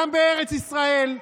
גם בארץ ישראל.